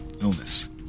illness